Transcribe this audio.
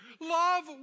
love